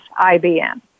IBM